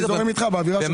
אני זורם איתך באווירה טובה.